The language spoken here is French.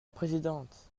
présidente